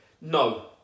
No